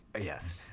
Yes